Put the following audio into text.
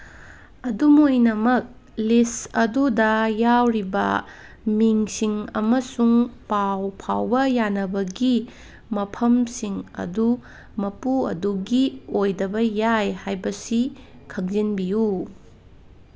ꯑꯗꯨꯝ ꯑꯣꯏꯅꯃꯛ ꯂꯤꯁ ꯑꯗꯨꯗ ꯌꯥꯎꯔꯤꯕ ꯃꯤꯡꯁꯤꯡ ꯑꯃꯁꯨꯡ ꯄꯥꯎ ꯐꯥꯎꯕ ꯌꯥꯅꯕꯒꯤ ꯃꯐꯝꯁꯤꯡ ꯑꯗꯨ ꯃꯄꯨ ꯑꯗꯨꯒꯤ ꯑꯣꯏꯗꯕ ꯌꯥꯏ ꯍꯥꯏꯕꯁꯤ ꯈꯪꯖꯤꯟꯕꯤꯌꯨ